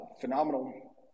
Phenomenal